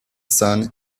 son